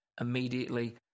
immediately